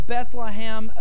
Bethlehem